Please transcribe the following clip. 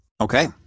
Okay